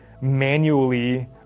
manually